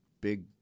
big